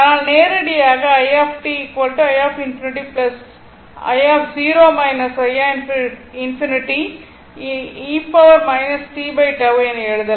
ஆனால் நேரடியாக என எழுதலாம்